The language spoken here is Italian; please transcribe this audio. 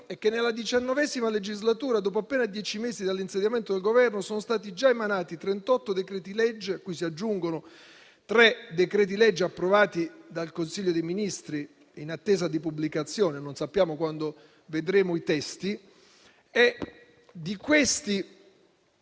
è che nella XIX legislatura, dopo appena dieci mesi dall'insediamento del Governo, sono stati già emanati 38 decreti-legge, a cui si aggiungono tre decreti-legge approvati dal Consiglio dei ministri, in attesa di pubblicazione (non sappiamo quando vedremo i testi). Nei